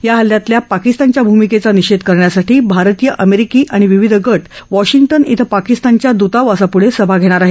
या हल्ल्यातल्या पाकिस्तानच्या भूमिकेचा निषेध करण्यासाठी भारतीय अमेरिकी आणि विविध गट वॉशिंग्टन इथं पाकिस्तानच्या दुतावासापुढं सभा घेणार आहेत